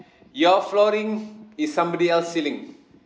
your flooring is somebody else ceiling